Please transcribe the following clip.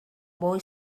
boy